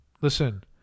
Listen